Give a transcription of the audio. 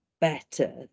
Better